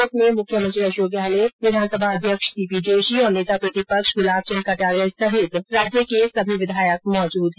इसमें मुख्यमंत्री अशोक गहलोत विधानसभा अध्यक्ष सीपी जोशी और नेता प्रतिपक्ष गुलाब चन्द कटारिया सहित राज्य के सभी विधायक मौजूद हैं